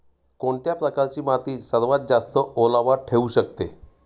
कोणत्या प्रकारची माती सर्वात जास्त ओलावा ठेवू शकते?